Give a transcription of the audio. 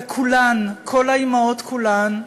וכולן, כל האימהות כולן,